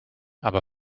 aber